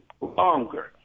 longer